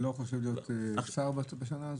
אתה לא חושב להיות שר בשנה הזאת?